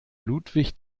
ludwig